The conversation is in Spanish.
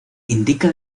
indica